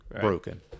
broken